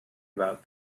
about